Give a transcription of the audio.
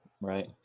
Right